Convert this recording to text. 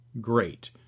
great